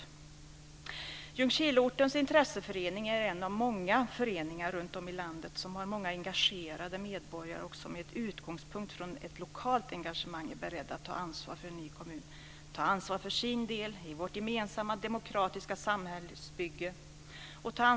Ljungskileortens intresseförening är en av många föreningar runtom i landet som har många engagerade medborgare som med utgångspunkt från ett lokalt engagemang är beredda att ta ansvar för en ny kommun. De vill ta ansvar för sin del i vårt gemensamma demokratiska samhällsbygge.